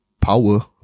power